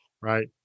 right